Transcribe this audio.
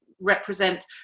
represent